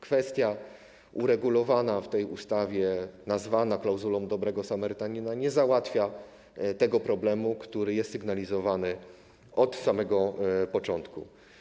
Kwestia uregulowana w tej ustawie, nazwana klauzulą dobrego samarytanina, nie załatwia tego problemu, który jest sygnalizowany od samego początku.